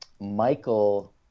Michael